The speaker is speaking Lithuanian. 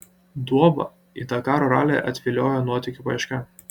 duobą į dakaro ralį atviliojo nuotykių paieška